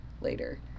later